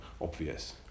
obvious